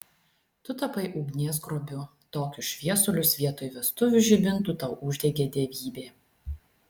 tu tapai ugnies grobiu tokius šviesulius vietoj vestuvių žibintų tau uždegė dievybė